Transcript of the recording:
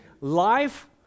Life